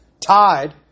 tied